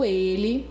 ele